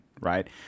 right